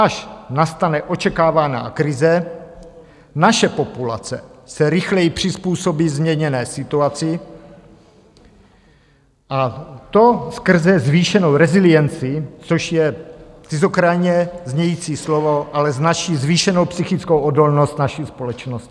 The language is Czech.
Až nastane očekávaná krize, naše populace se rychleji přizpůsobí změněné situaci, a to skrze zvýšenou resilienci, což je cizokrajně znějící slovo, ale značí zvýšenou psychickou odolnost naší společnosti.